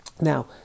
Now